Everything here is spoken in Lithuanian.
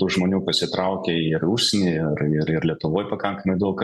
tų žmonių pasitraukė ir užsienyje ir ir lietuvoj pakankamai daug